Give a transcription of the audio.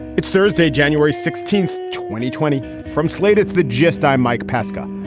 it's thursday, january sixteenth, twenty twenty from slate's the gist. i'm mike pesca.